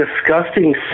disgusting